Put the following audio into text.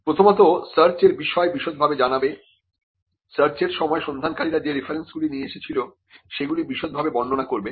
প্রথমত সার্চ এর বিষয় বিশদভাবে জানাবে সার্চের সময় সন্ধানকারীরা যে রেফারেন্সগুলি নিয়ে এসেছিল সেগুলি বিশদভাবে বর্ণনা করবে